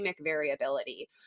variability